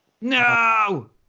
No